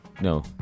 No